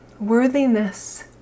worthiness